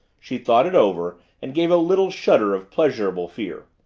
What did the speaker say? she thought it over and gave a little shudder of pleasurable fear.